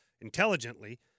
intelligently